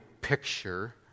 picture